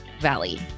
valley